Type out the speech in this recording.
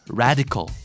radical